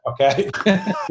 okay